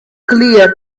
clear